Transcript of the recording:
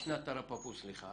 משנת תרפפו, סליחה,